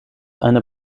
eine